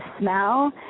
smell